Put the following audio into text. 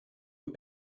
you